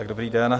Dobrý den.